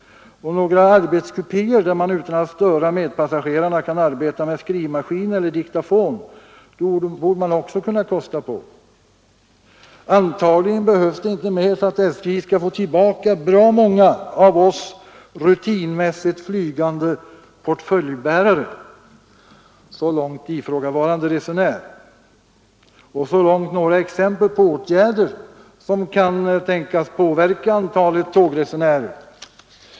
Och några arbetskupéer, där man utan att störa medpassagerare kan arbeta med skrivmaskin eller diktafon, borde man också kunna kosta på. Antagligen behövs det inte mer för att SJ skall få tillbaka bra många av oss rutinmässigt flygande portföljbärare.” Så långt ifrågavarande tågresenär och så långt några exempel på åtgärder som kan tänkas påverka antalet tågresenärer.